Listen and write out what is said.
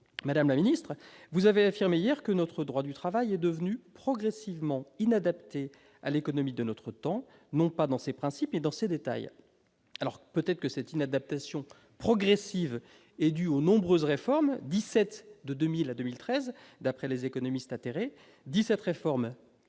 Madame la ministre, vous avez affirmé hier que notre droit du travail était devenu progressivement inadapté à l'économie de notre temps, non pas dans ses principes, mais dans ses détails. Peut-être cette inadaptation progressive est-elle due aux nombreuses réformes- dix-sept de 2000 à 2013, d'après Les Économistes atterrés ! -visant